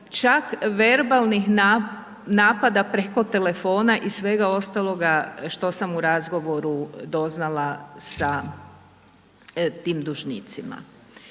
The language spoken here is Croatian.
čak verbalnih napada preko telefona i svega ostaloga što sam u razgovoru doznala sa tim dužnicima